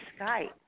Skype